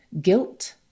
guilt